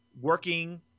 Working